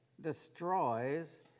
destroys